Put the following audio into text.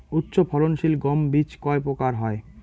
উচ্চ ফলন সিল গম বীজ কয় প্রকার হয়?